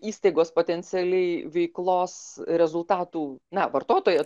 įstaigos potencialiai veiklos rezultatų na vartotoja